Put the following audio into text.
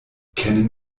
kennen